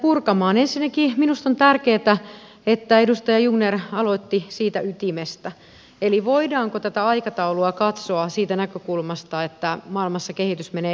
ensinnäkin minusta on tärkeätä että edustaja jungner aloitti siitä ytimestä eli että voidaanko tätä aikataulua katsoa siitä näkökulmasta että maailmassa kehitys menee eteenpäin